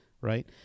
right